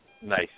nice